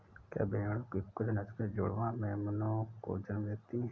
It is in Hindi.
क्या भेड़ों की कुछ नस्लें जुड़वा मेमनों को जन्म देती हैं?